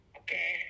okay